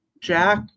Jack